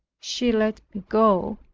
she let me go.